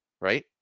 Right